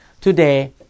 today